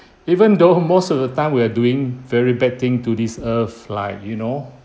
even though most of the time we're doing very bad thing to this earth like you know